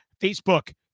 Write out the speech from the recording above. Facebook